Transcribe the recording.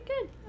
good